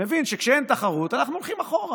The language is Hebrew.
מבין שכשאין תחרות אנחנו הולכים אחורה.